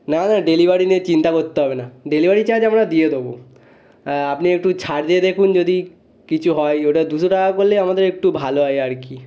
না না ডেলিভারি নিয়ে চিন্তা করতে হবে না ডেলিভারি চার্জ আমরা দিয়ে দেব আপনি একটু ছাড় দিয়ে দেখুন যদি কিছু হয় ওটা দুশো টাকা করলেই আমাদের একটু ভালো হয় আর কি